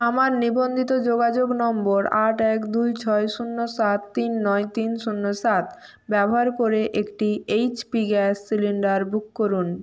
আমার নিবন্ধিত যোগাযোগ নম্বর আট এক দুই ছয় শূন্য সাত তিন নয় তিন শূন্য সাত ব্যবহার করে একটি এইচপি গ্যাস সিলিন্ডার বুক করুন